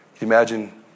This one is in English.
Imagine